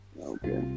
Okay